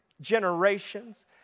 generations